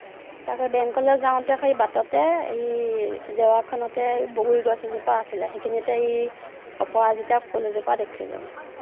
তাৰপা বেংকলে যাওতে সেই বাটতে এই জেওৰাখনতে বগৰী গছ এজোপা আছিলে সেইখিনিতে এই অপৰাজিতা ফুল এজোপা দেখিলোঁ